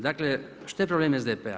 Dakle, što je problem SDP-a?